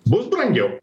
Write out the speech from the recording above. bus brangiau